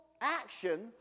action